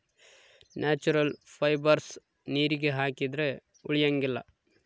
natural fibres ನೀರಿಗೆ ಹಾಕಿದ್ರೆ ಉಳಿಯಂಗಿಲ್ಲ